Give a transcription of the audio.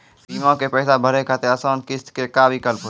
बीमा के पैसा भरे खातिर आसान किस्त के का विकल्प हुई?